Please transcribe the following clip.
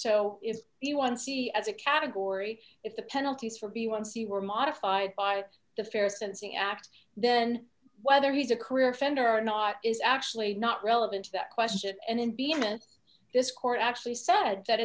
so if you want to see as a category if the penalties for b once you were modified by the fair sensing act then whether he's a career offender or not is actually not relevant to that question and in being it this court actually said that